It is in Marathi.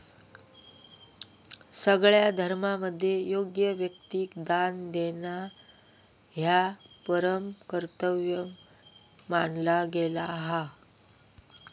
सगळ्या धर्मांमध्ये योग्य व्यक्तिक दान देणा ह्या परम कर्तव्य मानला गेला हा